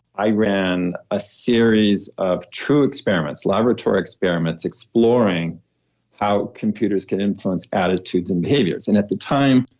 i ran a series of true experiments laboratory experiments exploring how computers could influence attitudes and behaviors. and at the time,